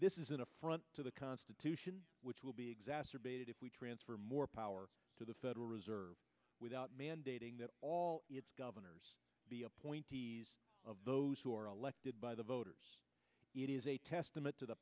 this is an affront to the constitution which will be exacerbated if we transfer more power to the federal reserve without mandating that all governors be a point of those who are elected by the voters it is a testament to the